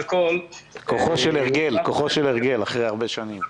כוחו של הרגל, אחרי הרבה שנים.